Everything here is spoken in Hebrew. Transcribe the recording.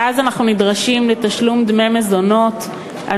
ואז אנחנו נדרשים לתשלום דמי מזונות על